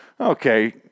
okay